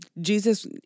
jesus